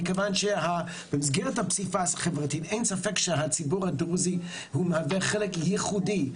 מכיוון שבמסגרת הפסיפס החברתי אין ספק שהציבור הדרוזי מהווה חלק ייחודי.